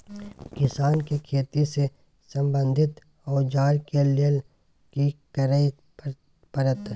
किसान के खेती से संबंधित औजार के लेल की करय परत?